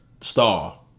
star